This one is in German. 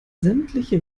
sämtliche